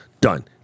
done